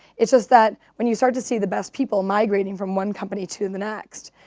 it's just that when you start to see the best people migrating from one company to and the next,